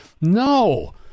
no